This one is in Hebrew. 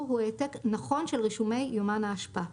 הוא העתק נכון של רישומי יומן האשפה.